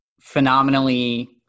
phenomenally